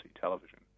television